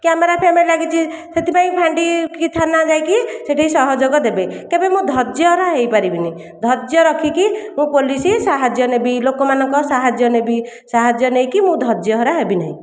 camera ଫ୍ୟାମେରା ଲାଗିଛି ସେଥିପାଇଁ ଫାଣ୍ଡି କି ଥାନା ଯାଇକି ସେଠି ସହଯୋଗ ଦେବେ କେବେ ମୁଁ ଧର୍ଯ୍ୟହରା ହେଇପାରିବିନି ଧର୍ଯ୍ୟ ରଖିକି ମୁଁ ପୋଲିସ୍ ସାହାଯ୍ୟ ନେବି ଲୋକମାନଙ୍କ ସାହାଯ୍ୟ ନେବି ସାହାଯ୍ୟ ନେଇକି ମୁଁ ଧର୍ଯ୍ୟହରା ହେବିନାହିଁ